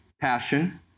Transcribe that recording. passion